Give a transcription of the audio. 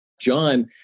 John